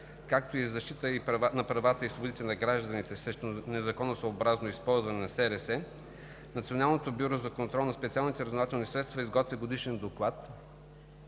както и защита на правата и свободите на гражданите срещу незаконосъобразно използване на СРС Националното бюро за контрол на специалните разузнавателни средства изготвя годишен доклад,